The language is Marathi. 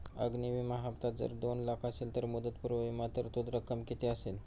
अग्नि विमा हफ्ता जर दोन लाख असेल तर मुदतपूर्व विमा तरतूद रक्कम किती असेल?